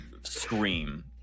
scream